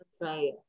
Right